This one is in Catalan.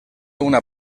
una